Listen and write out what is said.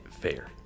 fair